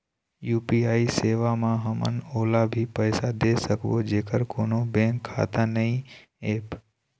UPI सेवा म हमन ओला भी पैसा दे सकबो जेकर कोन्हो बैंक खाता नई ऐप?